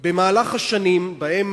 במהלך השנים שבהן